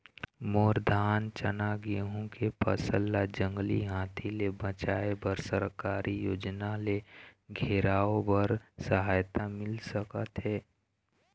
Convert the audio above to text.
मोर धान चना गेहूं के फसल ला जंगली हाथी ले बचाए बर सरकारी योजना ले घेराओ बर सहायता मिल सका थे?